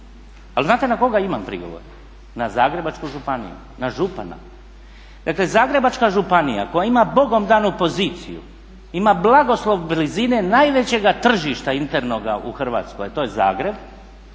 Ali znate na koga imam prigovor? Na Zagrebačku županiju, na župana. Dakle Zagrebačka županija koja ima Bogom danu poziciju, ima blagoslov blizine najvećega tržišta internoga u Hrvatskoj, a to je Zagreb,